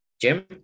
Jim